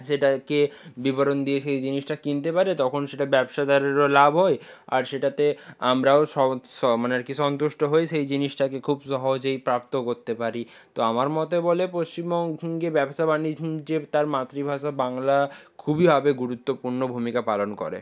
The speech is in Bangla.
সেটাকে বিবরণ দিয়ে সেই জিনিসটা কিনতে পারে তখন সেটা ব্যবসাদারেরও লাভ হয় আর সেটাতে আমরাও মানে আর কি সন্তুষ্ট হয়ে সেই জিনিসটাকে খুব সহজেই প্রাপ্ত করতে পারি তো আমার মতে বলে পশ্চিমবঙ্গে ব্যবসা বাণিজ্যে তার মাতৃভাষা বাংলা খুবইভাবে গুরুত্বপূর্ণ ভূমিকা পালন করে